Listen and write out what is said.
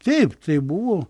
taip tai buvo